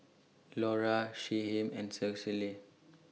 Lora Shyheim and Cicely